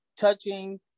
touching